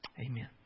Amen